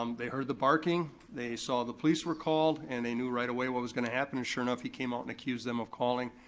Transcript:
um they heard the barking, they saw the police were called, and they knew right away what was gonna happen and sure enough he came out and accused them of calling.